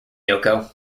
yoko